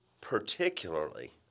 particularly